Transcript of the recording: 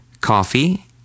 coffee